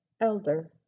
Elder